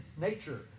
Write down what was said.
nature